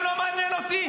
זה גם לא מעניין אותי.